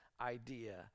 idea